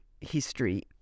history